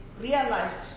realized